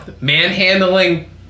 manhandling